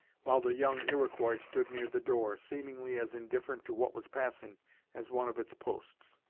while the young iroquois stood near the door, seemingly as indifferent to what was passing as one of its posts.